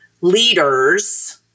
leaders